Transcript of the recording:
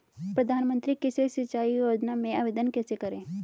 प्रधानमंत्री कृषि सिंचाई योजना में आवेदन कैसे करें?